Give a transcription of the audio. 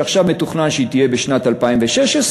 שעכשיו מתוכנן שהיא תהיה בשנת 2016,